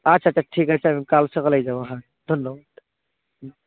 আচ্ছা আচ্ছা আচ্ছা ঠিক আছে আমি কাল সকালেই যাবো হ্যাঁ ধন্যবাদ হুম